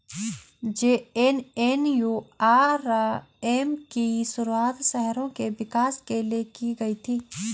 JNNURM की शुरुआत शहरों के विकास के लिए की गई थी